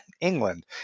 England